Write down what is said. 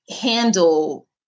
handle